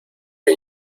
que